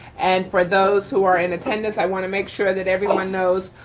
and for those who are in attendance, i wanna make sure that everyone knows